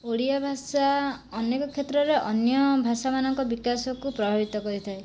ଓଡ଼ିଆ ଭାଷା ଅନେକ କ୍ଷେତ୍ରରେ ଅନ୍ୟ ଭାଷା ମାନଙ୍କ ବିକାଶକୁ ପ୍ରଭାବିତ କରିଥାଏ